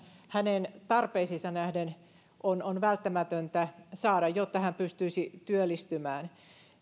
hänen tarpeisiinsa nähden on on välttämätöntä saada jotta hän pystyisi työllistymään